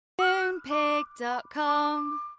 Moonpig.com